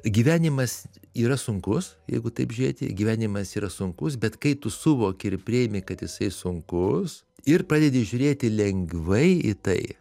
gyvenimas yra sunkus jeigu taip žiūrėti gyvenimas yra sunkus bet kai tu suvoki ir priimi kad jisai sunkus ir pradedi žiūrėti lengvai į tai